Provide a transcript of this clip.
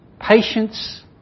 patience